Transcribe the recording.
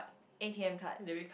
A_T_M card